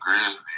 Grizzlies